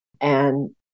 And-